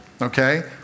okay